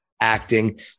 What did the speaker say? acting